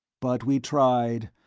but we tried!